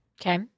Okay